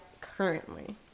currently